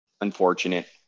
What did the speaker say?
Unfortunate